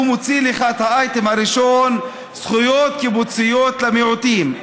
הוא מוציא לך את האייטם הראשון: זכויות קיבוציות למיעוטים.